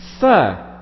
Sir